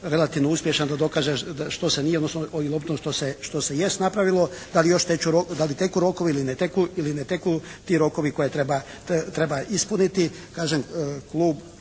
relativno uspješan da dokaže što se nije odnosno što se jest napravilo, da li teku rokovi ili ne teku ti rokovi koje treba ispuniti.